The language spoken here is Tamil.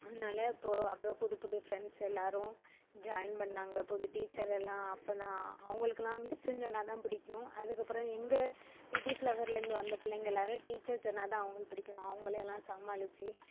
அதனால் இப்போது அப்புறம் புது புது ஃப்ரெண்ட்ஸ் எல்லோரும் ஜாயின் பண்ணாங்க புது டீச்சர் எல்லாம் அப்போ தான் அவங்களுக்குலாம் மிஸ்ஸுன்னு சொன்னால் தான் பிடிக்கும் அதுக்கப்புறம் எங்கள் லிட்டில் ஃப்ளவரிலேருந்து வந்த பிள்ளைங்களாம் எல்லோரும் டீச்சர் சொன்னால் தான் அவங்களுக்கு பிடிக்கும் அவங்கள எல்லாம் சமாளித்து